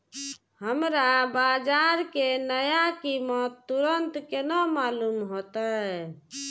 हमरा बाजार के नया कीमत तुरंत केना मालूम होते?